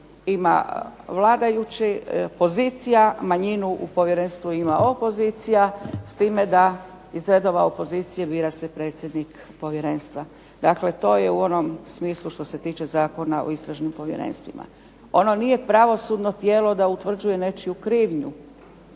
ima vladajući, manjinu u Povjerenstvu ima opozicija, s time da iz redova opozicije bira se predsjednik Povjerenstva. Dakle, to je u onom smislu što se tiče Zakona o Istražnim povjerenstvima. Ono nije pravosudno tijelo da utvrđuje nečiju krivnju,